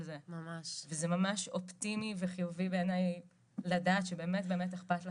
זה וזה ממש אופטימי וחיובי בעייני לדעת שבאמת איכפת לכם,